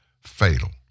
fatal